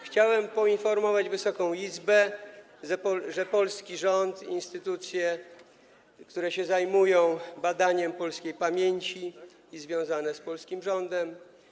Chciałbym poinformować Wysoką Izbę, że polski rząd i instytucje, które się zajmują badaniem polskiej pamięci i są związane z polskim rządem.